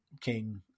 King